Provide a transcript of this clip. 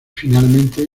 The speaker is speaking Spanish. finalmente